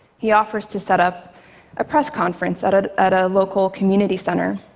he offers to set up a press conference at ah at a local community center.